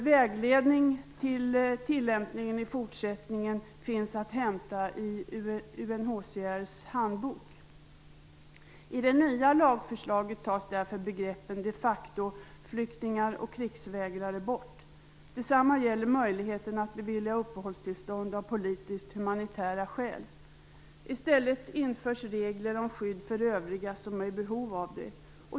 Vägledning för tillämpningen i fortsättningen finns att hämta i UNHCR:s handbok. I det nya lagförslaget tas därför begreppen de facto-flyktingar och krigsvägrare bort. Detsamma gäller möjligheten att bevilja uppehållstillstånd av politisk-humanitära skäl. I stället införs regler om skydd för övriga som är i behov av det.